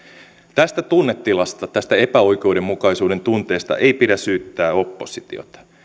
tästä tunnetilasta tästä epäoikeudenmukaisuuden tunteesta ei pidä syyttää oppositiota